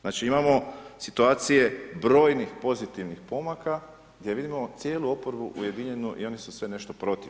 Znači, imamo situacije brojnih pozitivnih pomaka gdje vidimo cijelu oporbu ujedinjenu i oni su sve nešto protiv.